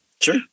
Sure